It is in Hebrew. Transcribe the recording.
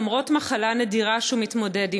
למרות המחלה הנדירה שהוא התמודד עמה.